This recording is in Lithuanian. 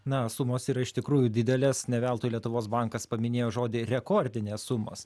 na sumos yra iš tikrųjų didelės ne veltui lietuvos bankas paminėjo žodį rekordinės sumos